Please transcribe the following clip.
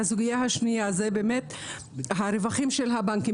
הסוגיה השנייה זה הרווחים של הבנקים,